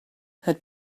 had